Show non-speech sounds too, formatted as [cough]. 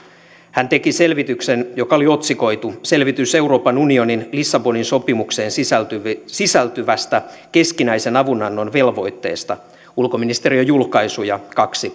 hän teki selvityksen joka oli otsikoitu selvitys euroopan unionin lissabonin sopimukseen sisältyvästä keskinäisen avunannon velvoitteesta ulkoasiainministeriön julkaisuja kaksi [unintelligible]